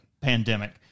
pandemic